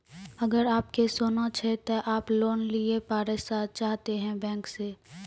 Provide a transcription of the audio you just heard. अगर आप के सोना छै ते आप लोन लिए पारे चाहते हैं बैंक से?